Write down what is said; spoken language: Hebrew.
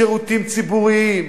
שירותים ציבוריים,